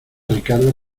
ricardo